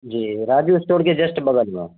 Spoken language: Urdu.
جی راجو اسٹور کے جسٹ بغیر ہوا